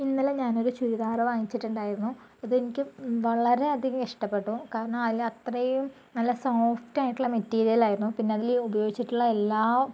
ഇന്നലെ ഞാൻ ഒരു ചുരിദാർ വാങ്ങിച്ചിട്ടുണ്ടാട്ടിരുന്നു അത് എനിക്ക് വളരെ അധികം ഇഷ്ടപ്പെട്ടു കാരണം അതില് അത്രയും നല്ല സോഫ്റ്റ് ആയിട്ടുള്ള മെറ്റീരിയൽ ആയിരുന്നു പിന്നെ അതില് ഉപയോഗിച്ചിട്ടുള്ള എല്ലാം